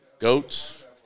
goats